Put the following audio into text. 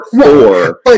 four